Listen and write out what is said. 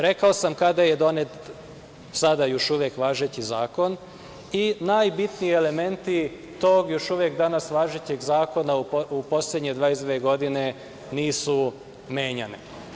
Rekao sam kada je donet sada još uvek važeći zakon i najbitniji elementi tog još uvek danas važećeg zakona u poslednje 22 godine nisu menjani.